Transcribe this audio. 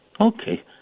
Okay